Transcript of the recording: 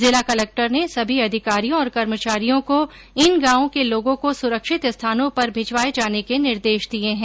जिला कलेक्टर ने सभी अधिकारियों और कर्मचारियों को इन गांवों के लोगों को सुरक्षित स्थानों पर भिजवाये जाने के निर्देश दिये हैं